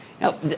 Now